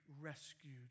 rescued